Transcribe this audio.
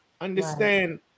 understand